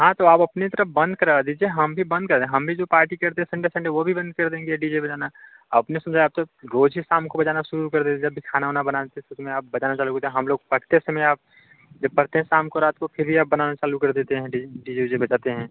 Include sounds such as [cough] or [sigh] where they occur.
हाँ तो आप अपने तरफ बंद करवा दीजिए हम भी बंद कर रहे हैं हम भी जो पार्टी करते हैं संडे संडे वो भी बंद कर देंगे डी जे बजाना अपने सुबह या तो रोज ही शाम को बजाना शुरू कर देते जब भी खाना वाना बना लेते [unintelligible] आप बजाना चालू करते हैं हम लोग पढ़ते समय आप प्रत्येक शाम को रात को फ्री आप बनाना चालू कर देते हैं डी जे उजे बजाते हैं